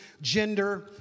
gender